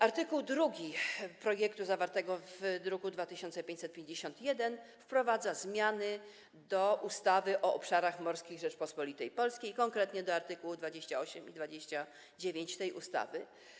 Art. 2 projektu zawartego w druku nr 2551 wprowadza zmiany do ustawy o obszarach morskich Rzeczypospolitej Polskiej, konkretnie do art. 28 i 29 tej ustawy.